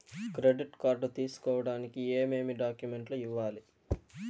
credit card తీసుకోడానికి ఏమేమి డాక్యుమెంట్లు ఇవ్వాలి